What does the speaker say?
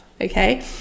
Okay